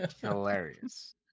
hilarious